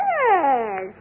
Yes